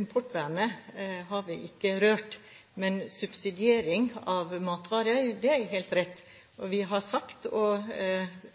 Importvernet har vi ikke rørt. Men når det gjelder subsidiering av matvarer, er det helt rett. Vi har sagt – og